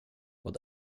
vad